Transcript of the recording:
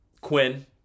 Quinn